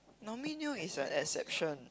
Naomi-Neo is a exception